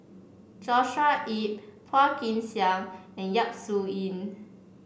Joshua Ip Phua Kin Siang and Yap Su Yin